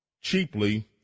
cheaply